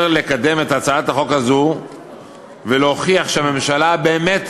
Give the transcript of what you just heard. לקדם את הצעת החוק הזאת ולהוכיח שהממשלה באמת